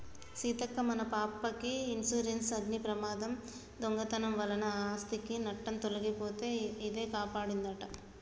సీతక్క మన పాపకి ఇన్సురెన్సు అగ్ని ప్రమాదం, దొంగతనం వలన ఆస్ధికి నట్టం తొలగితే ఇదే కాపాడదంట